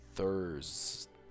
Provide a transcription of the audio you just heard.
Thursday